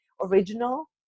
original